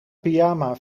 pyjama